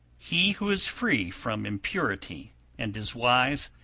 he who is free from impurity and is wise,